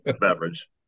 beverage